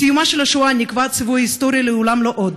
בסיומה של השואה נקבע הציווי ההיסטורי "לעולם לא עוד",